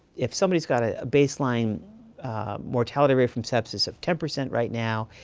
if somebody has got a baseline mortality rate from sepsis of ten percent right now,